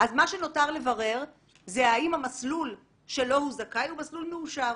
אז מה שנותר לברר זה האם המסלול שלו הוא זכאי הוא מסלול מאושר.